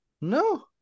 No